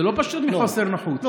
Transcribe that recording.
זה לא פשוט מחוסר נוחות,